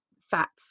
fats